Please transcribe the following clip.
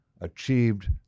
achieved